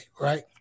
right